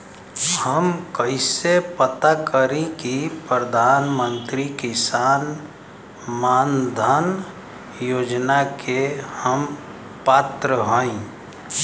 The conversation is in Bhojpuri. हम कइसे पता करी कि प्रधान मंत्री किसान मानधन योजना के हम पात्र हई?